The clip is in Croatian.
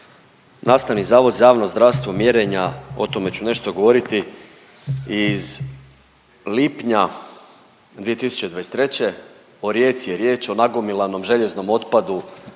Nastavni zavod za javno zdravstvo mjerenja, o tome ću nešto govoriti iz lipnja 2023. o Rijeci je riječ o nagomilanom željeznom otpadu,